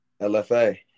LFA